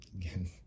again